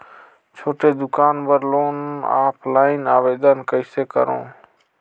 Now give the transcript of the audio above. छोटे दुकान बर लोन ऑफलाइन आवेदन कइसे करो?